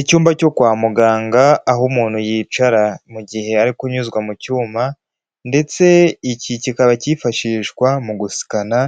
Icyumba cyo kwa muganga aho umuntu yicara mu gihe ari kunyuzwa mu cyuma ndetse iki kikaba cyifashishwa mu gusikana